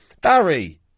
Barry